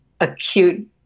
acute